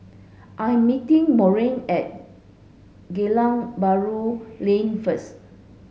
I'm meeting Monroe at Geylang Bahru Lane first